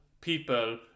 people